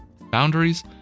Boundaries